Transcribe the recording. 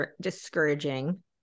discouraging